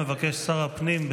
שר הפנים,